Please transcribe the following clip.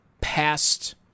past